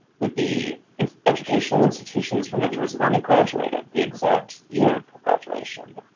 would be educational institutions from which respondent graduated, the exact year of graduation,